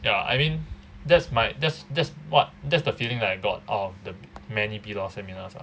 ya I mean that's my that's that's what that's the feeling that I got out of the many B law seminars ah